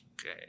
Okay